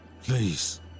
Please